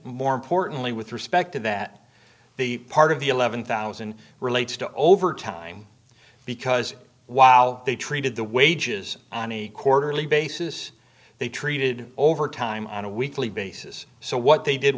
more importantly with respect to that the part of the eleven thousand relates to overtime because while they treated the wages on a quarterly basis they treated overtime on a weekly basis so what they did